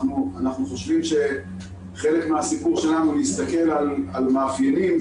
אנחנו חושבים שחלק מהסיפור שלנו להסתכל על מאפיינים,